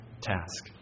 task